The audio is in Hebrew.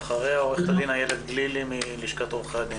אחריה עו"ד איילת גלילי מלשכת עורכי הדין.